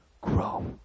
grow